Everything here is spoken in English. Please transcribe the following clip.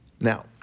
Now